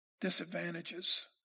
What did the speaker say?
disadvantages